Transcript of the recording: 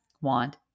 want